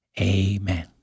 Amen